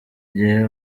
gihe